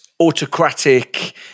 autocratic